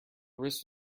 wrist